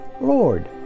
Lord